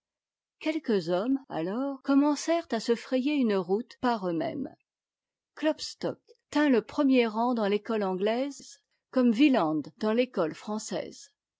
quelques hommes alors commencèrent à se frayer une route par eux-mêmes klopstock tint le premier rang dans l'école anglaise comme wieland dans t'écote française